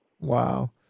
wow